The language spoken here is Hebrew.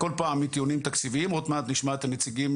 כל פעם מטיעונים תקציביים ועוד מעט אנחנו נשמע את הנציגים